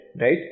right